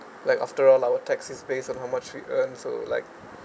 like after all our tax is based on how much we earn so like